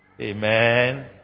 Amen